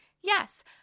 Yes